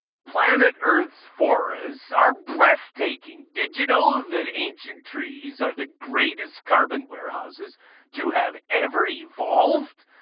planet earth's forests are breathtaking. did you know that ancient trees are the greatest carbon warehouses to have ever evolved?